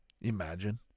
Imagine